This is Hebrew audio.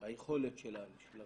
היכולת של התוכנית,